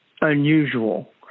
unusual